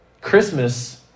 Christmas